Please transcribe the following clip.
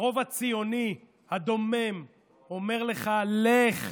הרוב הציוני הדומם אומר לך: לך.